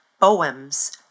poems